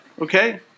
Okay